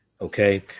Okay